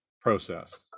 process